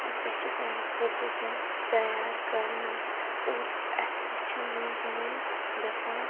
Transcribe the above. سۄ چھِ سانہِ خٲطرٕ تِم تَیار کَران اور اَسہِ تہِ چھِ مٔنٛزۍ مٔنٛزۍ دَپان